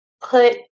Put